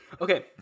okay